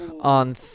on